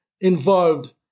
involved